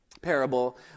parable